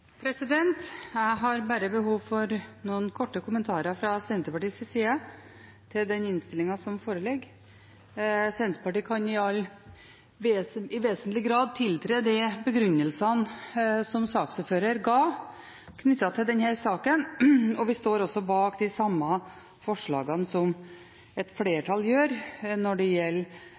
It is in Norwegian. bare behov for noen korte kommentarer fra Senterpartiets side til den innstillinga som foreligger. Senterpartiet kan i all vesentlig grad tiltre begrunnelsene saksordføreren ga knyttet til denne saken, og vi står som en del av flertallet også bak forslagene som gjelder ladepunkt, og når det gjelder